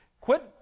Quit